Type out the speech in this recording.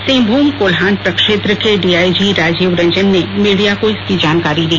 सिंहभूम कोल्हान प्रक्षेत्र को डीआईजी राजीव रंजन ने मीडिया को इसकी जानकारी दी